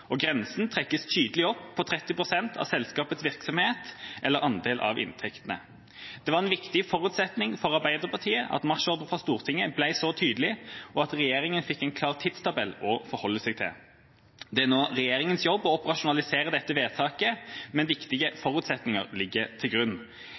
og grensen trekkes tydelig opp på 30 pst. av selskapets virksomhet eller andel av inntektene. Det var en viktig forutsetning for Arbeiderpartiet at marsjordren fra Stortinget ble så tydelig, og at regjeringa fikk en klar tidstabell å forholde seg til. Det er nå regjeringas jobb å operasjonalisere dette vedtaket, men viktige forutsetninger ligger til grunn.